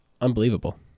Unbelievable